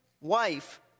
wife